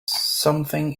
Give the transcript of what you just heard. something